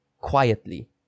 quietly